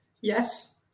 yes